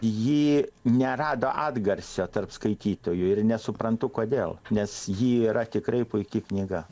ji nerado atgarsio tarp skaitytojų ir nesuprantu kodėl nes ji yra tikrai puiki knyga